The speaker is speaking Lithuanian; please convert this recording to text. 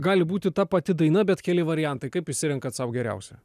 gali būti ta pati daina bet keli variantai kaip išsirenkat sau geriausią